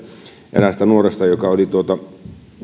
eräästä nuoresta joka oli